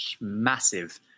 massive